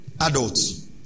adults